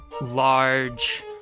large